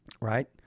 right